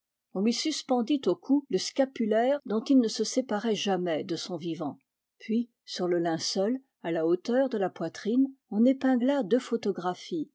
on lui suspendit au cou le scapulaire dont il ne se séparait jamais de son vivant puis sur le linceul à la hauteur de la poitrine on épingla deux photographies